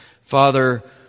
Father